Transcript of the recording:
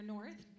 North